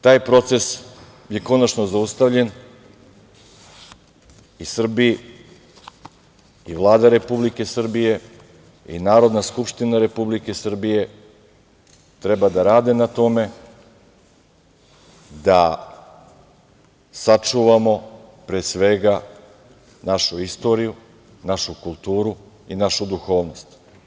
Taj proces je konačno zaustavljen i Srbi i Vlada Republike Srbije i Narodna skupština Republike Srbije treba da rade na tome da sačuvamo pre svega našu istoriju, našu kulturu i našu duhovnost.